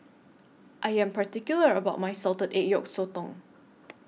I Am particular about My Salted Egg Yolk Sotong